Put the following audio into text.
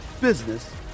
business